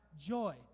joy